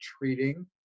treating